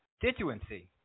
constituency